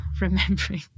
remembering